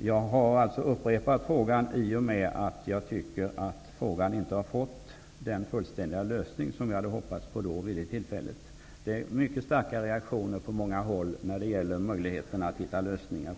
Jag upprepar den i och med att jag tycker att frågan inte fått den fullständiga lösning jag hade hoppats på vid det tillfället. Det är mycket starka reaktioner på många håll när det gäller möjligheter att finna lösningar.